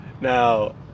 now